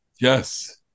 yes